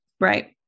Right